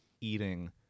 eating